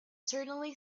certainly